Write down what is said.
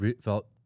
felt